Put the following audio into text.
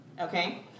okay